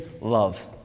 love